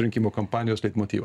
rinkimų kampanijos leitmotyva